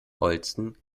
holsten